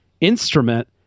instrument